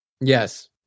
Yes